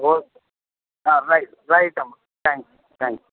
okay right రైటమ్మా thanks thanks